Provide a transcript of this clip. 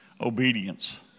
obedience